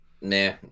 Nah